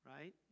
right